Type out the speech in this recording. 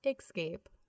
Escape